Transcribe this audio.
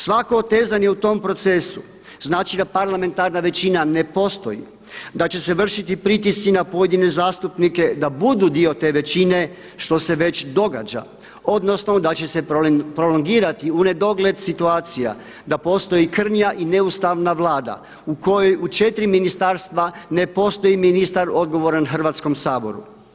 Svako otežanje u tom procesu znači da parlamentarna većina ne postoji, da će se vršiti pritisci na pojedine zastupnike da budu dio te većine što se već događa, odnosno da će se prolongirati u nedogled situacija da postoji krnja i neustavna Vlada u kojoj u 4 ministarstva ne postoji ministar odgovoran Hrvatskom saboru.